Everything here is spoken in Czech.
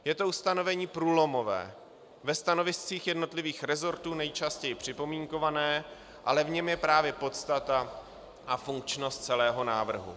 Je to ustanovení průlomové, ve stanoviscích jednotlivých resortů nejčastěji připomínkované, ale v něm je právě podstata a funkčnost celého návrhu.